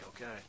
okay